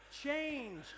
change